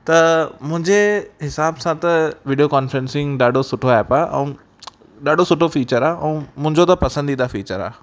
त मुंहिंजे हिसाब सां त वीडियो कॉन्फ्रेंसिंग सुठो ऐप आहे ऐं ॾाढो सुठो फीचर आहे ऐं मुंहिंजो त पसंदीदा फीचर आहे